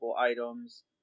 items